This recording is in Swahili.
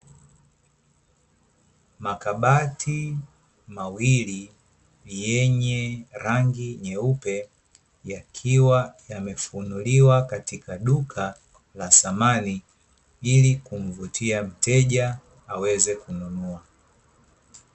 makabati mawili yenye rangi nyeupe, yakiwa yamewfunuliwa katika duka la thamani, ili kumvutia mteja awe ze kununua.